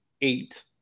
eight